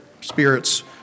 spirits